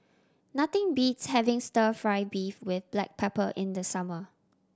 nothing beats having Stir Fry beef with black pepper in the summer